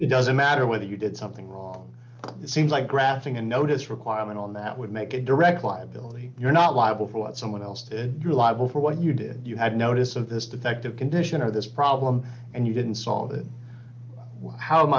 it doesn't matter whether you did something wrong it seems like grasping a notice requirement on that would make a direct liability you're not liable for what someone else did you're liable for what you did you had notice of this defective condition or this problem and you didn't solve it how